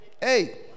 Hey